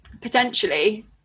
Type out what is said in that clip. potentially